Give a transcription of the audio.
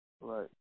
Right